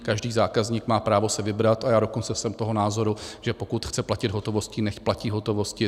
Každý zákazník má právo si vybrat, a já dokonce jsem toho názoru, že pokud chce platit hotovostí, nechť platí v hotovosti.